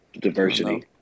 Diversity